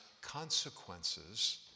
consequences